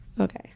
Okay